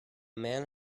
man